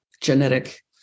genetic